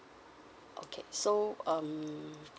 okay so um